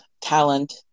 talent